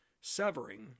severing